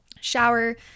shower